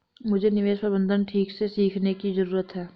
मुझे निवेश प्रबंधन ठीक से सीखने की जरूरत है